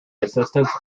assistance